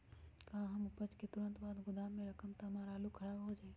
का हम उपज के तुरंत बाद गोदाम में रखम त हमार आलू खराब हो जाइ?